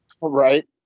Right